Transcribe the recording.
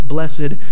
Blessed